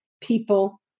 people